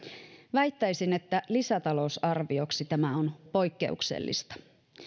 väittäisin että lisätalousarvioksi tämä on poikkeuksellista